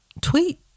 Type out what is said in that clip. tweet